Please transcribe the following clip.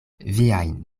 viajn